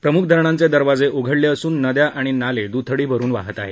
प्रमुख धरणांचे दरवाजे उघडले असून नद्या आणि नाले दुथडी भरुन वाहत आहे